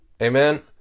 Amen